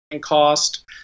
cost